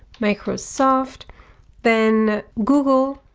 microsoft then google.